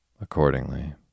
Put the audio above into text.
Accordingly